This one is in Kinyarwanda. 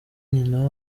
nyina